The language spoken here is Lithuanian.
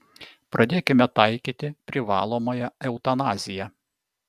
pradėkime taikyti privalomąją eutanaziją